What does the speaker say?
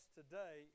today